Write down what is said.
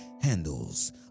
handles